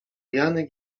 janek